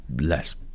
less